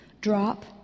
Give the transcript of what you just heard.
drop